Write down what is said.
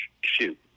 Shoot